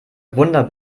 wunder